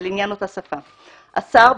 השר,